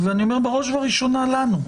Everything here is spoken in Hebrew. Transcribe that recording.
ואני אומר בראש וראשונה לנו,